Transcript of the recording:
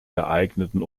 geeigneten